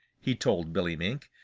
he told billy mink,